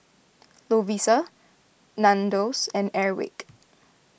Lovisa Nandos and Airwick